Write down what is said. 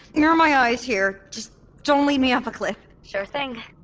you're my eyes here. just don't lead me off a cliff sure thing